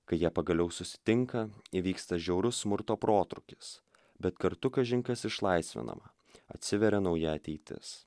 kai jie pagaliau susitinka įvyksta žiaurus smurto protrūkis bet kartu kažin kas išlaisvinama atsiveria nauja ateitis